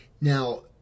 Now